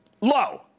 low